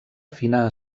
fina